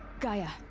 gaia.